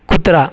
कुत्रा